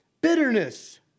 bitterness